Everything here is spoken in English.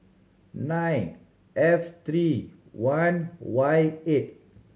nine F three one Y eight